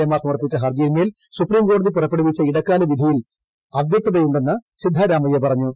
എമാർ സമർപ്പിച്ച ഹർജിയിന്മേൽ സുപ്രീംകോടതി പുറപ്പെടുവിച്ച ഇടക്കാല വിധിയിൽ അവ്യക്തതയുണ്ടെന്ന് സിദ്ധാരാമയ്യ പറഞ്ഞു